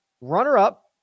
Runner-up